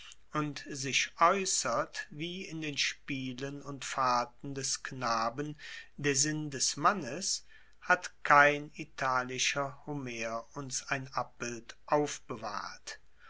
und sich aeusserst wie in den spielen und fahrten des knaben der sinn des mannes hat kein italischer homer uns ein abbild aufbewahrt